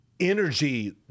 energy